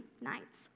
nights